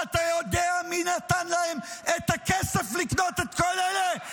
ואתה יודע מי נתן להם את הכסף לקנות את כל אלה?